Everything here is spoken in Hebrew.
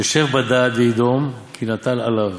'ישב בדד וידם כי נטל עליו'.